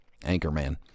Anchorman